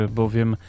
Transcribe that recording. bowiem